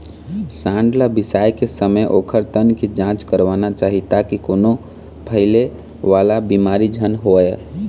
सांड ल बिसाए के समे ओखर तन के जांच करवाना चाही ताकि कोनो फइले वाला बिमारी झन होवय